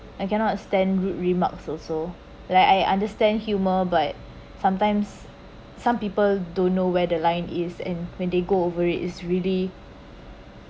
I cannot stand rude remarks also like I understand humor but sometimes some people don't know where the line is and when they go over it is really